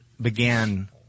began